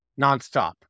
nonstop